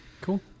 Cool